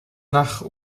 nach